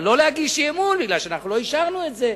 אבל לא להגיש אי-אמון בגלל שאנחנו לא אישרנו את זה,